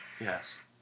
Yes